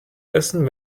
essen